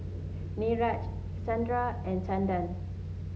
Niraj Chanda and Chanda